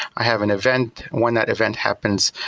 i have an event. when that event happens,